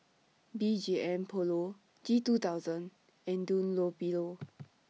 B G M Polo G two thousand and Dunlopillo